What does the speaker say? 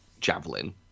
Javelin